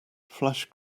flash